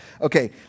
Okay